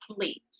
please